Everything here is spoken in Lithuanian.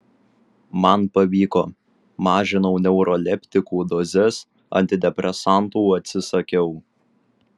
man pavyko mažinau neuroleptikų dozes antidepresantų atsisakiau